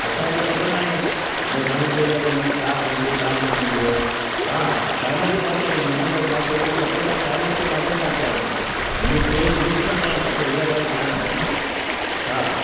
असांखे त ख़बर नाहे भई घणी देरि लॻंदी छा थींदो छा न थींदो हा हा टाइम ते पहुचाईंदे न बसि मांखे उहो ई खपे टाइम ते मांखे पहुचाइजे मुंहिंजी ट्रेन मिस न थियणु खपे इहा ॻाल्हि ध्यानु रखजांइ हा